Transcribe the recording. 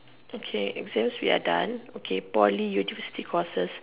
okay exams we are done okay Poly university courses